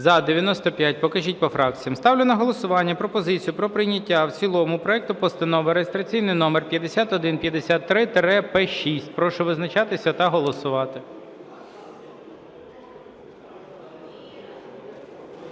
За-95 Покажіть по фракціях. Ставлю на голосування пропозицію про прийняття в цілому проекту Постанови реєстраційний номер 5153-П6. Прошу визначатися та голосувати.